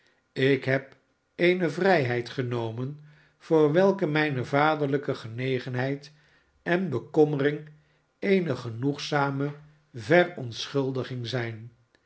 ik heb eene vrijheid genomen voor welke mijne vaderlijke genegenheid en bekommering eene genoegzame verontschuldiging zijn